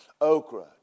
Okra